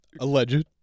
Alleged